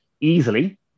easily